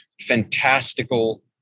fantastical